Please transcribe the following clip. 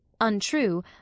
Untrue